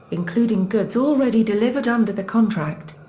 including goods already delivered under the contract.